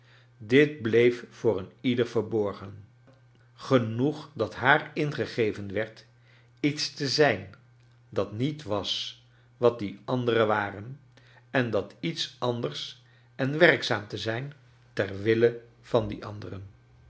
dit bleef voor een ieder verborgen genoeg dat haar ingegeven werd iets te zijn dat niet was wat die anderen waren en dat iets anders en werkzaam te zijn ter wille van die anderen